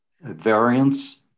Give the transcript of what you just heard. variance